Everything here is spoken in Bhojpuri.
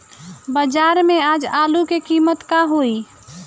बाजार में आज आलू के कीमत का होई?